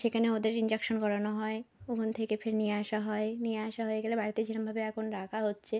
সেখানে ওদের ইঞ্জেকশান করানো হয় ওখান থেকে ফের নিয়ে আসা হয় নিয়ে আসা হয়ে গেলে বাড়িতে যেরকমভাবে এখন রাখা হচ্ছে